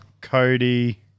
Cody